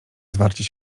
zwarcie